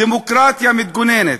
דמוקרטיה מתגוננת.